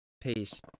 Peace